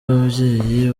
ababyeyi